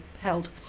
held